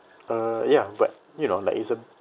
uh ya but you know like it's a